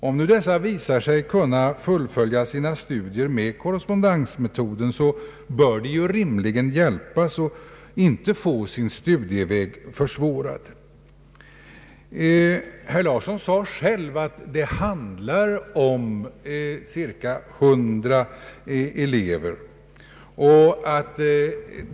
Om nu dessa elever visar sig kunna fullfölja sina studier med korrespondensmetoden, bör de rimligen hjälpas och inte få sin studieväg försvårad. Herr Larsson sade själv att det gäller cirka 100 elever.